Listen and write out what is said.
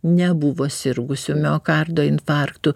nebuvo sirgusių miokardo infarktu